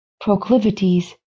proclivities